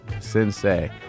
Sensei